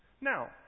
Now